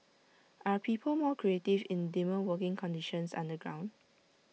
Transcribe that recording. are people more creative in dimmer working conditions underground